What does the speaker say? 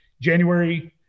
January